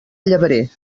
llebrer